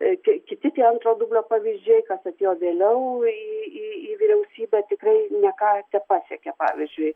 kiti tie antro dublio pavyzdžiai kas atėjo vėliau į vyriausybę tikrai ne ką tepasiekė pavyzdžiui